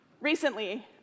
Recently